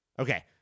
Okay